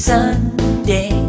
Sunday